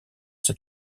ces